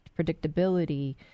predictability